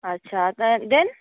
ଆଚ୍ଛା ତା ଦେନ